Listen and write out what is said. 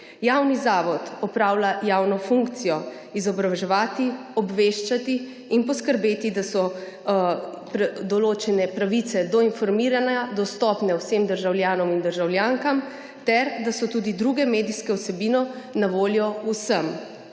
Javni zavod opravlja javno funkcijo izobraževati, obveščati in poskrbeti, da so določene pravice do informiranja dostopne vsem državljanom in državljankam ter da so tudi druge medijske vsebine na voljo vsem.